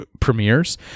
premieres